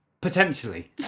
potentially